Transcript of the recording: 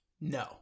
No